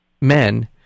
men